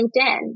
LinkedIn